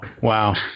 Wow